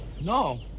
No